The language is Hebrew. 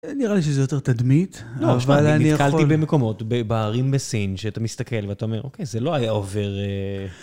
נראה לי שזה יותר תדמית, אבל אני יכול... אבל אני נתקלתי במקומות, בערים בסין, שאתה מסתכל ואתה אומר, אוקיי, זה לא היה עובר...